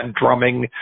drumming